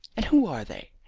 and who are they,